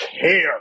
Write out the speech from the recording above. care